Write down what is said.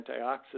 antioxidants